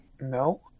No